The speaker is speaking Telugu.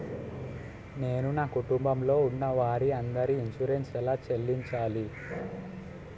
నేను నా కుటుంబం లొ ఉన్న వారి అందరికి ఇన్సురెన్స్ ఎలా చేయించాలి?